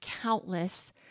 countless